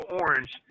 orange